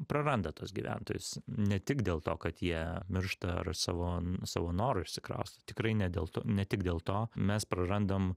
praranda tuos gyventojus ne tik dėl to kad jie miršta ar savo n savo noru išsikrausto tikrai ne dėl to ne tik dėl to mes prarandam